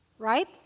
Right